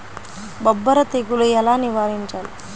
బొబ్బర తెగులు ఎలా నివారించాలి?